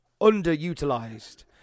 underutilized